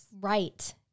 Right